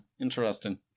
Interesting